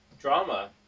drama